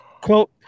Quote